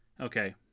Okay